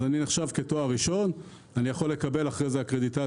אז אני נחשב כבעל תואר ראשון ויכול לקבל קרדיטציה.